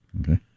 Okay